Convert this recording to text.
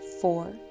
four